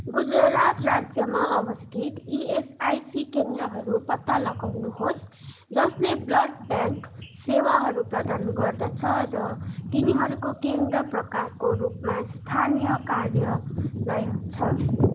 गुजरात राज्यमा अवस्थित E S I C केन्द्रहरू पत्ता लगाउनुहोस् जसले ब्लड ब्याङ्क सेवाहरू प्रदान गर्दछ र तिनीहरूको केन्द्र प्रकारको रूपमा स्थानीय कार्यालय छ